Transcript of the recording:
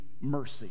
mercy